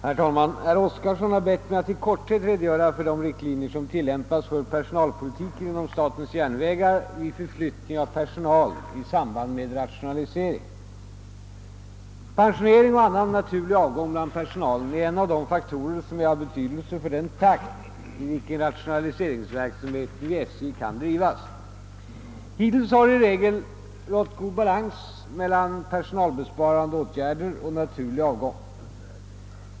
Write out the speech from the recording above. Herr talman! Herr Oskarson har bett mig att i korthet redogöra för de riktlinjer som tillämpas för personalpolitiken inom statens järnvägar vid förflyttning av personal i samband med rationaliseringar. Pensionering och annan naturlig avgång bland personalen är en av de faktorer som är av betydelse för den takt, i vilken rationaliseringsverksamheten vid SJ kan drivas. Hittills har i regel god balans mellan personalbesparande åtgärder och naturlig avgång kunnat upprätthållas.